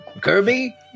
Kirby